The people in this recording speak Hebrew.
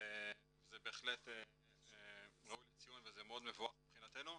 וזה בהחלט ראוי לציון וזה מאוד מבורך מבחינתנו.